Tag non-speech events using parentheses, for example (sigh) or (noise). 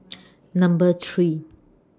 (noise) Number three